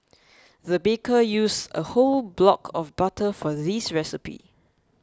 the baker used a whole block of butter for this recipe